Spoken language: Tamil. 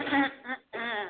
ஆ ஆ ஆ